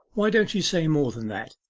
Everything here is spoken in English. why don't you say more than that?